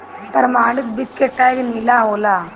प्रमाणित बीज के टैग नीला होला